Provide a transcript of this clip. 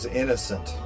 innocent